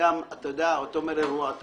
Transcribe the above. זה